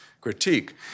critique